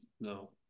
no